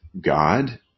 God